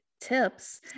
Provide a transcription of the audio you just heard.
tips